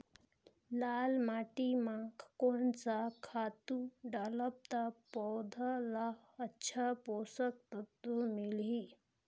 लाल माटी मां कोन सा खातु डालब ता पौध ला अच्छा पोषक तत्व मिलही?